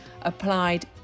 applied